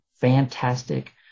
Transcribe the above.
fantastic